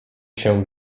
się